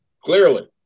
Clearly